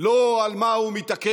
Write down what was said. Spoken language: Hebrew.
לא על מה הוא מתעקש